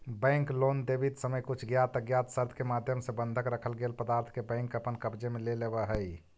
bank loan देवित समय कुछ ज्ञात अज्ञात शर्त के माध्यम से बंधक रखल गेल पदार्थ के बैंक अपन कब्जे में ले लेवऽ हइ